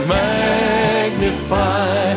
magnify